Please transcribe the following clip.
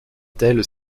telle